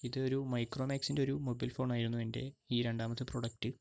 ഇത് ഒരു മൈക്രോമാക്സിൻ്റെ ഒരു മൊബൈൽ ഫോൺ ആയിരുന്നു എൻ്റെ ഈ രണ്ടാമത്തെ പ്രൊഡക്റ്റ്